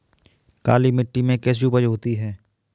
काली मिट्टी में कैसी उपज होती है?